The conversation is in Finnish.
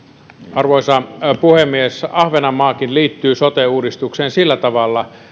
arvoisa puhemies ahvenanmaakin liittyy sote uudistukseen sillä tavalla